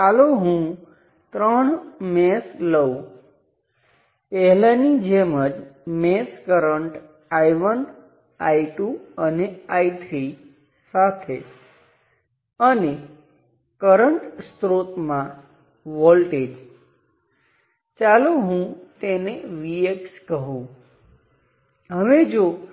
આ અને રેફરન્સ વચ્ચે છે અને ફરીથી પુનરાવર્તન કરતાં વોલ્ટેજ હંમેશા બે નોડ વચ્ચે માપવામાં આવે છે